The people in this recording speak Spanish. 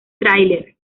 trailer